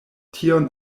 tion